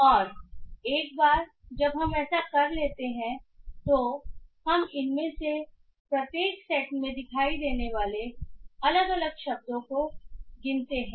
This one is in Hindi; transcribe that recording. और एक बार जब हम ऐसा करते हैं तो हम इनमें से प्रत्येक सेट में दिखाई देने वाले अलग अलग शब्दों को गिनते हैं